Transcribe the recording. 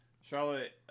Charlotte